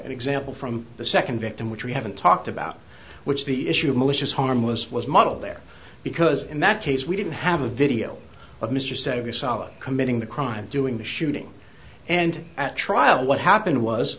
an example from the second victim which we haven't talked about which the issue of malicious harmless was modeled there because in that case we didn't have a video of mr savva solid committing the crime doing the shooting and at trial what happened was